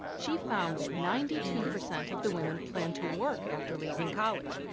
she found that ninety two percent of the women plan to work after leaving college,